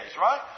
right